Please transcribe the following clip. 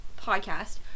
podcast